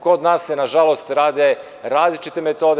Kod nas se, nažalost, rade različite metode.